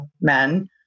men